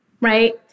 Right